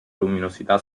luminosità